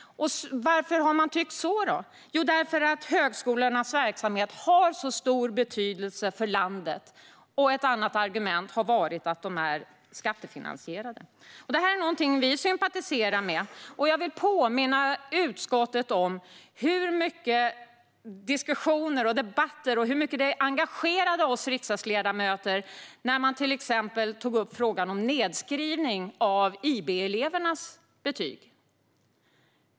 Varför har man tyckt så? Jo, därför att högskolornas verksamhet har så stor betydelse för landet och därför att de är skattefinansierade. Detta är någonting som vi sympatiserar med. Jag vill påminna utskottet om hur mycket diskussion och debatt det blev och hur mycket det engagerade oss riksdagsledamöter när man till exempel tog upp frågan om nedskrivning av IB-elevernas betyg.